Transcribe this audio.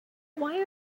why